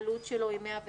העלות שלו היא 101 שקלים.